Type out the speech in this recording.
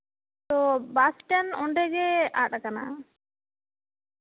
ᱛᱚ ᱵᱟᱥᱴᱮᱱᱰ ᱚᱱᱰᱮ ᱜᱮ ᱟᱫ ᱠᱟᱱᱟ